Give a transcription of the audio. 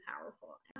powerful